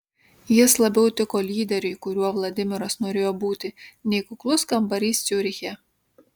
jis labiau tiko lyderiui kuriuo vladimiras norėjo būti nei kuklus kambarys ciuriche